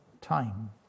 time